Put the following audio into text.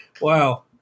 Wow